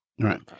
Right